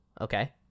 Okay